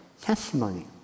testimony